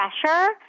pressure